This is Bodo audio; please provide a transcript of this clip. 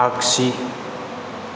आगसि